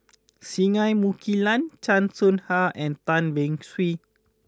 Singai Mukilan Chan Soh Ha and Tan Beng Swee